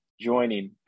joining